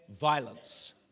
violence